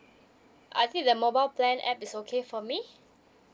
I think the mobile plan app is okay for me